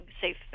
safe